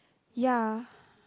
ya